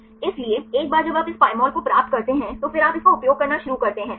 इसलिए एक बार जब आप इस Pymol को प्राप्त करते हैं तो फिर आप इसका उपयोग करना शुरू करते हैं सही